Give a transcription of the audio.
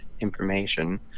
information